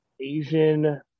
Asian